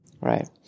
Right